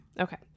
Okay